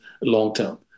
long-term